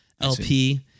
LP